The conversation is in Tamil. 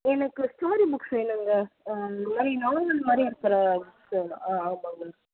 எனக்கு ஸ்டோரி புக்ஸ் வேணும்ங்க ஆ இந்த மாதிரி நாவல் மாதிரி இருக்கிற புக்ஸ் வேணும்ங்க ஆ ஆமாம்ங்க